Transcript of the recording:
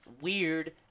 Weird